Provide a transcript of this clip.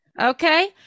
okay